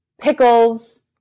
pickles